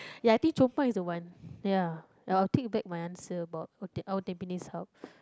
ya I think Chong pang is the one ya I will take back my answer about our tampines Hub